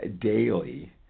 daily